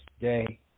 day